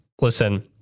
listen